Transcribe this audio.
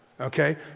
okay